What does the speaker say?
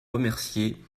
remercié